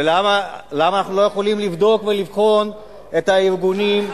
ולמה אנחנו לא יכולים לבדוק ולבחון את הארגונים,